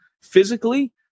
Physically